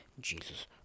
Jesus